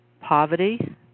poverty